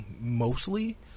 mostly